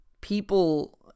People